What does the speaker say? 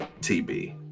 TB